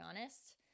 honest